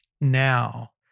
now